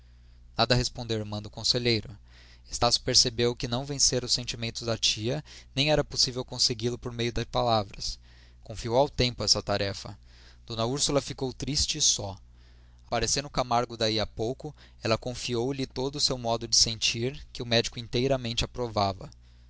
nada respondeu a irmã do conselheiro estácio percebeu que não vencera os sentimentos da tia nem era possível consegui lo por meio de palavras confiou ao tempo essa tarefa d úrsula ficou triste e só aparecendo camargo daí a pouco ela confiou-lhe todo o seu modo de sentir que o médico interiormente aprovava